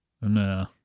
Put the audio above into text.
No